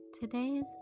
today's